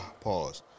Pause